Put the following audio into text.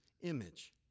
image